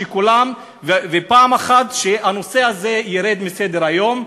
שפעם אחת הנושא הזה ירד מסדר-היום,